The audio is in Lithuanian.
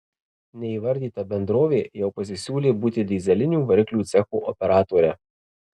neįvardyta bendrovė jau pasisiūlė būti dyzelinių variklių cecho operatore